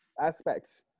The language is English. aspects